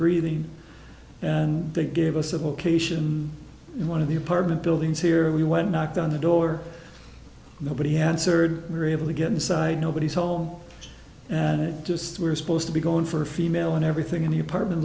breathing and they gave us a vocation in one of the apartment buildings here we went knocked on the door nobody answered we're able to get inside nobody's home and it just we're supposed to be gone for female and everything in the apartment